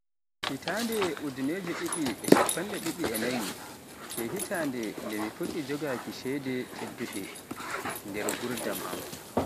Hitande ujinere didi e shappande didi e naayi ke hitande nde mi fuɗɗi jogaaki cede tedduɗe e nder nguurndam am